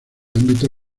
ámbito